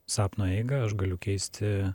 sapno eigą aš galiu keisti